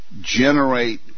generate